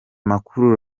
makuru